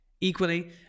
equally